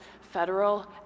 federal